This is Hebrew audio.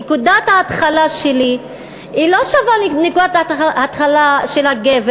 נקודת ההתחלה שלי לא שווה לנקודת ההתחלה של הגבר.